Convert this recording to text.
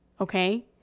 Okay